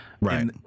Right